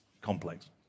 complex